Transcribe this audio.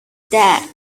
that